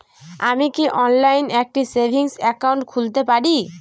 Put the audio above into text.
আমি কি অনলাইন একটি সেভিংস একাউন্ট খুলতে পারি?